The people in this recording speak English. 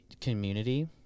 community